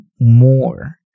more